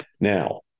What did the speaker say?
Now